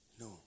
No